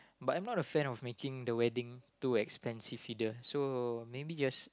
but I'm not a fan of making the wedding too expensive either so maybe just